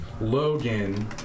Logan